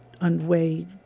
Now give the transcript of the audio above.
unweighed